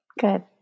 Good